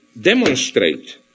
demonstrate